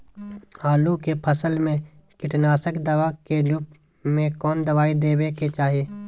आलू के फसल में कीटनाशक दवा के रूप में कौन दवाई देवे के चाहि?